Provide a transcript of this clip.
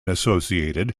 associated